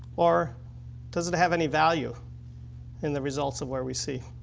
or does it have any value in the results of where we seek?